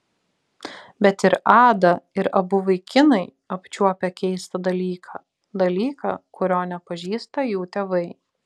bet ir ada ir abu vaikinai apčiuopę keistą dalyką dalyką kurio nepažįsta jų tėvai